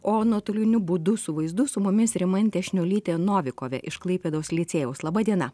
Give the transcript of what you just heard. o nuotoliniu būdu su vaizdu su mumis rimantė šniuolytė novikovė iš klaipėdos licėjaus laba diena